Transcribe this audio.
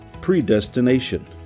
predestination